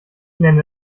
nenne